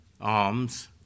alms